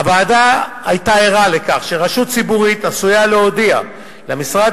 הוועדה היתה ערה לכך שרשות ציבורית עשויה להודיע למשרד